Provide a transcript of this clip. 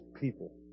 people